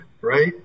right